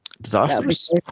Disasters